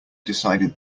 decided